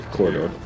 Corridor